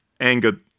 angered